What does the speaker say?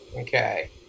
Okay